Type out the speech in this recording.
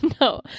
no